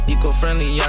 Eco-friendly